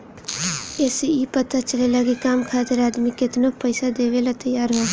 ए से ई पता चलेला की काम खातिर आदमी केतनो पइसा देवेला तइयार हअ